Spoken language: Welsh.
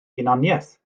hunaniaeth